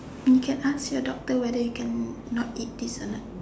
you can ask your doctor whether you can not eat this or not